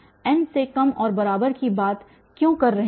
n से कम और बराबर की बात क्यों कर रहे हैं